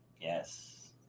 Yes